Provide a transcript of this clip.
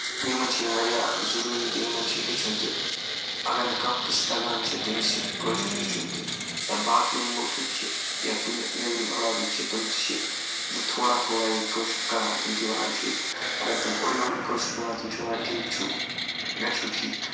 یِمن چھِ یِم وارِیاہ ضُروٗری تہِ یِمن چھِ یہِ ہیٚچھُن تہِ اگر نہٕ کانٛہہ کٲنٛسہِ تَگان چھِ تٔمِس چھِ کٲشُر ہیٚچھُن تہِ یا باقی یِم ملکٕکۍ چھِ یا کُنہِ نیٚبرِم علاقٕکۍ چھِ تٕم تہِ چھِ تھوڑا تھوڑا ییٚتہِ کٲشُر کَران تِم تہِ وَنان چھِ اگر تِم اوٚڑٕے اوٚڑٕے کٲشُر کَران تِم چھِ وَنان ٹھیٖک چھُو گَرِ چھُو ٹھیٖک